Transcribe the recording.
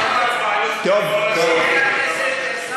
בגלל זה הם לא באו.